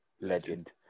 Legend